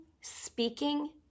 speaking